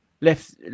left –